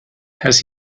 has